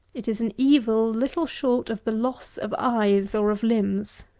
it is an evil little short of the loss of eyes or of limbs.